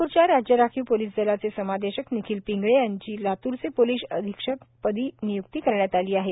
नागपूरच्या राज्य राखीव पोलीस दलाचे समादेशक निखिल पिंगळे यांची लातूरचे पोलीस अधीक्षक पदी निय्क्ती करण्यात आली आहे